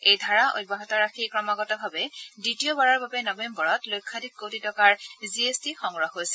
এই ধাৰা অব্যাহত ৰাখি ক্ৰমাগতভাৱে দ্বিতীয়বাৰৰ বাবে নৱেম্বৰত লক্ষাধিক কোটি টকাৰ জি এছ টি সংগ্ৰহ হৈছে